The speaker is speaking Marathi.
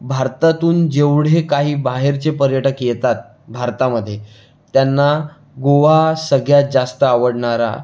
भारतातून जेवढे काही बाहेरचे पर्यटक येतात भारतामध्ये त्यांना गोवा सगळ्यात जास्त आवडणारा